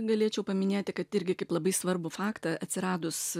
galėčiau paminėti kad irgi kaip labai svarbų faktą atsiradus